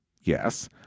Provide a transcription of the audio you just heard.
yes